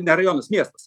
ne rajonas miestas